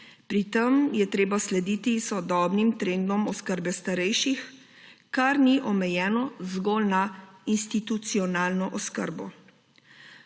Pri tem je treba slediti sodobnim trendom oskrbe starejših, kar ni omejeno zgolj na institucionalno oskrbo.